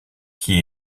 qui